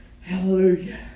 Hallelujah